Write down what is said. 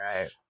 right